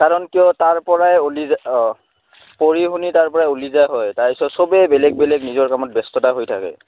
কাৰণ কিয় তাৰপৰাই উলি যা অঁ পঢ়ি শুনি তাৰপৰাই উলি যায় হয় তাৰপিছত চবেই বেলেগ বেলেগ নিজৰ কামত ব্যস্ততা হৈ থাকে